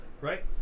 Right